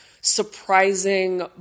surprising